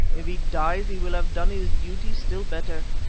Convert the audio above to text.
if he dies he will have done his duty still better,